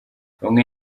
bamwe